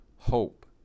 hope